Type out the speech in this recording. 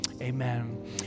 amen